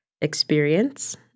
experience